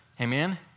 Amen